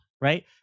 right